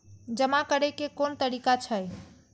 जमा करै के कोन तरीका छै?